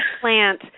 plant